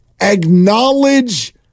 acknowledge